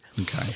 Okay